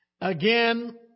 Again